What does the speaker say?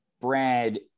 Brad